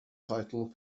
title